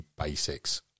basics